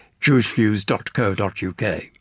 jewishviews.co.uk